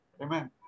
Amen